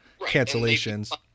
cancellations